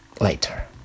later